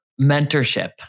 mentorship